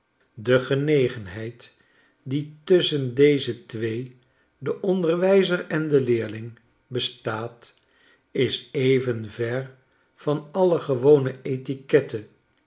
de genegenheid die tusschen deze twee de onderwijzer en de leerling bestaat is even ver van alle gewone etiquette